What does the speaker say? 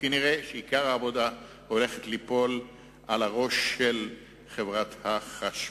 נראה שעיקר העבודה הולכת ליפול על חברת החשמל.